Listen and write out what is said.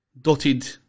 dotted